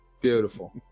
beautiful